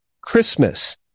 Christmas